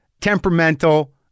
temperamental